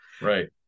Right